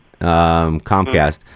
Comcast